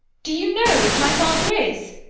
do you know what my father is?